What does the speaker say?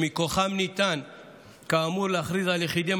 שמכוחם ניתן כאמור להכריז על יחידים